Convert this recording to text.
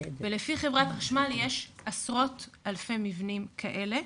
לפי חברת החשמל יש עשרות אלפי מבנים כאלה,